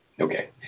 Okay